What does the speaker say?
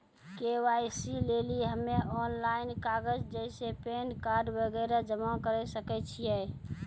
KYC लेली हम्मय online कागज जैसे पैन कार्ड वगैरह जमा करें सके छियै?